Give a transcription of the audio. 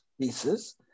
pieces